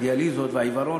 הדיאליזות והעיוורון,